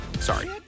sorry